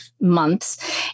months